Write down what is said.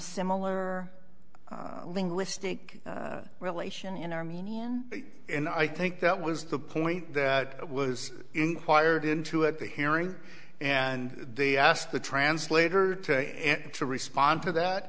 similar linguistic relation in armenian and i think that was the point that was inquired into at the hearing and they asked the translator to respond to that